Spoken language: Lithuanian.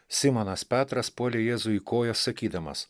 simonas petras puolė jėzui į kojas sakydamas